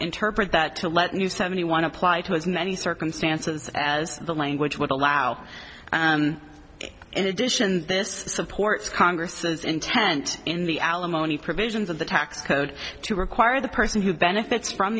interpret that to let new seventy one apply to as many circumstances as the language would allow an in addition this supports congress's intent in the alimony provisions of the tax code to require the person who benefits from